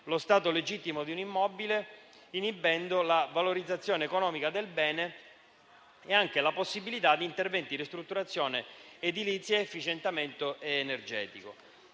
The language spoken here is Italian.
lo stato legittimo di un immobile, inibendo la valorizzazione economica del bene e anche la possibilità di interventi di ristrutturazione edilizia ed efficientamento energetico.